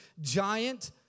giant